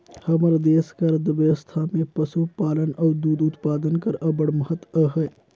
हमर देस कर अर्थबेवस्था में पसुपालन अउ दूद उत्पादन कर अब्बड़ महत अहे